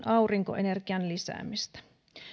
aurinkoenergian lisäämistä